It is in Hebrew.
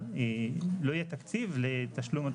לא יהיה תקציב לתשלום התגמולים.